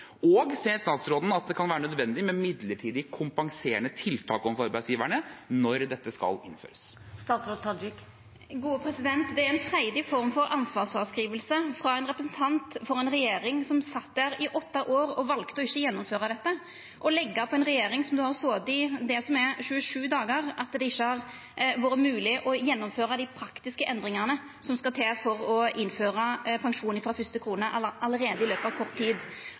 Og ser statsråden at det kan være nødvendig med midlertidige, kompenserende tiltak overfor arbeidsgiverne når dette skal innføres? Det er ei freidig form for ansvarsfråskriving frå ein representant for ei regjering som sat i åtte år og valde ikkje å gjennomføra dette, å leggja det på ei regjering som har sete i 27 dagar. Det har ikkje vore mogleg å gjennomføra dei praktiske endringane som skal til for å innføra pensjon frå fyrste krone allereie i løpet av kort tid.